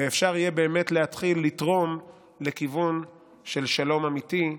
ואפשר יהיה באמת להתחיל לתרום לכיוון של שלום אמיתי,